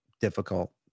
difficult